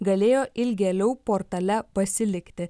galėjo ilgėliau portale pasilikti